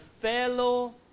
fellow